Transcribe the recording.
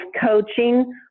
coaching